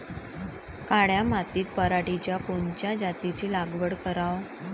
काळ्या मातीत पराटीच्या कोनच्या जातीची लागवड कराव?